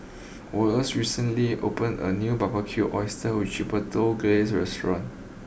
Wallace recently opened a new Barbecued Oysters with Chipotle Glaze restaurant